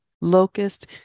Locust